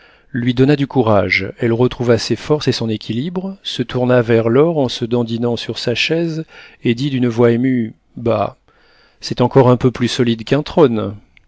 lui donna du courage elle retrouva ses forces et son équilibre se tourna vers laure en se dandinant sur sa chaise et dit d'une voix émue bah c'est encore un peu plus solide qu'un trône